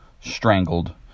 strangled